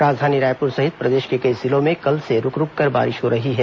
राजधानी रायपुर सहित प्रदेश के कई जिलों में कल से रूक रूककर बारिश हो रही है